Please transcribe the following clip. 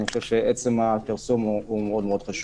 עצם הפרסום הוא מאוד חשוב.